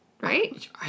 Right